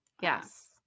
Yes